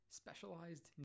specialized